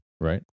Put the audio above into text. right